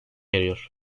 eriyor